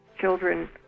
Children